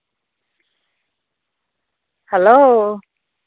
hello